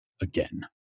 again